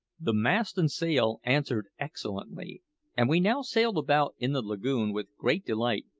the mast and sail answered excellently and we now sailed about in the lagoon with great delight,